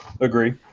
Agree